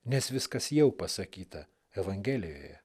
nes viskas jau pasakyta evangelijoje